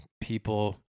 people